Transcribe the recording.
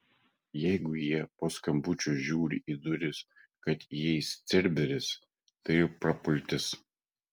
jeigu jie po skambučio žiūri į duris kad įeis cerberis tai prapultis